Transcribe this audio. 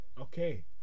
Okay